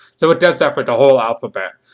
so it does that with the whole alphabet.